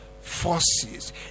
forces